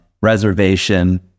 reservation